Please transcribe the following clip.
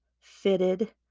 fitted